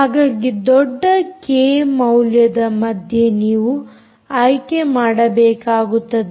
ಹಾಗಾಗಿ ದೊಡ್ಡ ಕೆ ಮೌಲ್ಯದ ಮಧ್ಯೆ ನೀವು ಆಯ್ಕೆ ಮಾಡಬೇಕಾಗುತ್ತದೆ